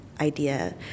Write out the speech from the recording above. idea